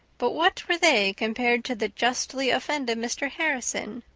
but what were they compared to the justly offended mr. harrison?